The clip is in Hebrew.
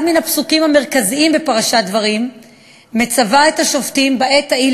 אחד מן הפסוקים המרכזיים בפרשת דברים מצווה את השופטים: "בעת ההיא